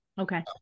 Okay